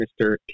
Mr